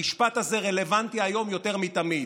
המשפט הזה רלוונטי היום יותר מתמיד.